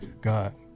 god